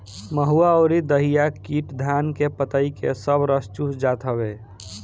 महुआ अउरी दहिया कीट धान के पतइ के सब रस चूस जात हवे